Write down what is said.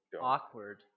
awkward